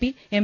P M